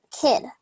Kid